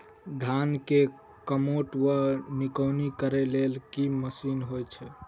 धान मे कमोट वा निकौनी करै लेल केँ मशीन होइ छै?